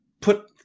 put –